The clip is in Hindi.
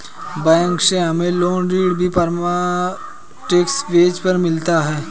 बैंक से हमे लोन ऋण भी परसेंटेज बेस पर मिलता है